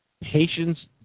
patients